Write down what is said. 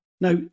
Now